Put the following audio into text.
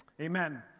Amen